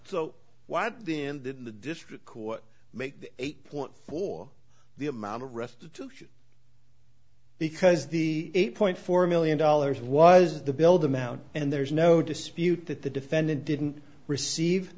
make the eight point four the amount of restitution because the eight point four million dollars was the build amount and there's no dispute that the defendant didn't receive